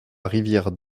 rivière